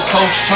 Coach